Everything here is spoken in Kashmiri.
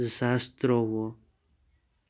زٕ ساس ترٛووُہ